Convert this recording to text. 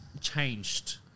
changed